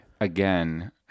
Again